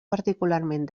particularment